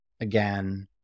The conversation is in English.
Again